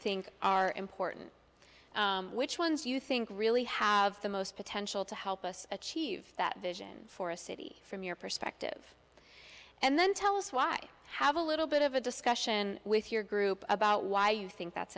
think are important which ones you think really have the most potential to help us achieve that vision for a city from your perspective and then tell us why have a little bit of a discussion with your group about why you think that's